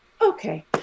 Okay